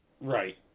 Right